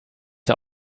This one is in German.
der